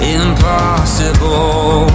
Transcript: impossible